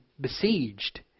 besieged